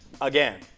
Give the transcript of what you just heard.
again